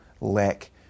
lack